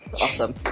awesome